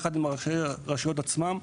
יחד עם ראשי הרשויות עצמם.